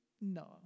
No